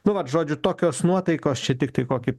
nu vat žodžiu tokios nuotaikos čia tiktai kokį